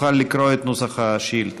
תוכל לקרוא את נוסח השאילתה.